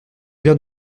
viens